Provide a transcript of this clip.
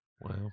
wow